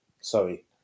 Sorry